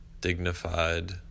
dignified